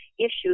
issues